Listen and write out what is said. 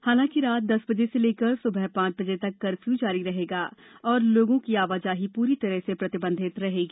हालांकि रात दस बजे से लेकर सुबह पांच बजे तक कर्फ्यू जारी रहेगा और लोगों आवाजाही पूरी तरह से प्रतिबंधित रहेगा